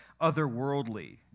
otherworldly